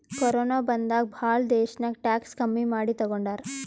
corona ಬಂದಾಗ್ ಭಾಳ ದೇಶ್ನಾಗ್ ಟ್ಯಾಕ್ಸ್ ಕಮ್ಮಿ ಮಾಡಿ ತಗೊಂಡಾರ್